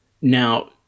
Now